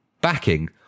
backing